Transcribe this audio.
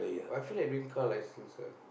what I feel like doing car license sia